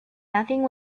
nothing